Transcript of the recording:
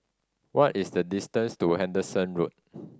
what is the distance to Henderson Road